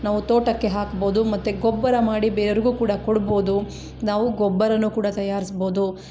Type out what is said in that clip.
ನಾವು ತೋಟಕ್ಕೆ ಹಾಕ್ಬೌದು ಮತ್ತು ಗೊಬ್ಬರ ಮಾಡಿ ಬೇರೆಯವರಿಗು ಕೂಡ ಕೊಡ್ಬೌದು ನಾವು ಗೊಬ್ಬರ ಕೂಡ ತಯಾರಿಸ್ಬೌದು